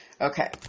Okay